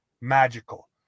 magical